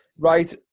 Right